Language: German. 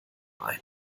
ein